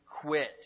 quit